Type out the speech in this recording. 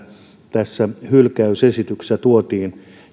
tässä hylkäys esityksessä tuotiin